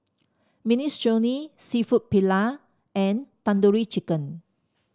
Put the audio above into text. Minestrone seafood Paella and Tandoori Chicken